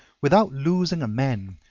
without losing a man,